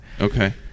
Okay